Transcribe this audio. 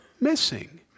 missing